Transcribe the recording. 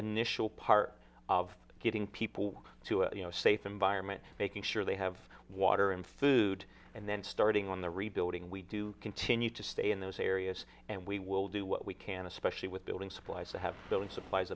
initial part of getting people to a safe environment making sure they have water and food and then starting on the rebuilding we do continue to stay in those areas and we will do what we can especially with building supplies that have building supplies